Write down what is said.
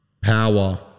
power